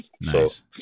Nice